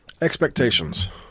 Expectations